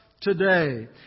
today